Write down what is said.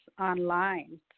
online